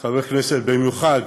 במיוחד